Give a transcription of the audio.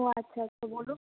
ও আচ্ছা আচ্ছা বলুন